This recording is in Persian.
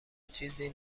چیزی